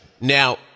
Now